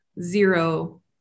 zero